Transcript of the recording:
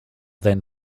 then